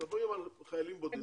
אנחנו מדברים על חיילים בודדים.